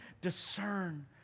discern